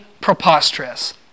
preposterous